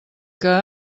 que